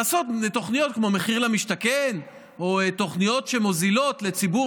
לעשות תוכניות כמו מחיר למשתכן או תוכניות שמוזילות לציבור